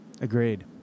agreed